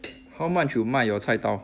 how much you 卖 your 菜刀